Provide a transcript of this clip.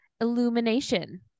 Illumination